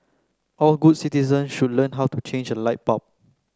all good citizen should learn how to change a light bulb